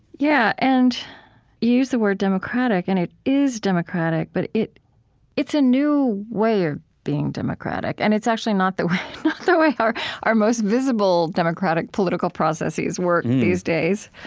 yeah. and you use the word democratic, and it is democratic, but it's a new way of being democratic. and it's actually not the the way our our most visible democratic political processes work these days